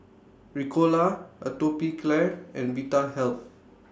Ricola Atopiclair and Vitahealth